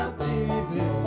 baby